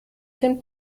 dem